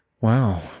wow